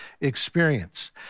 experience